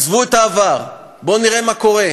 עזבו את העבר, בואו נראה מה קורה,